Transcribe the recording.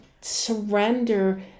surrender